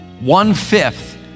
one-fifth